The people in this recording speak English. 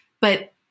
But-